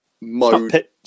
mode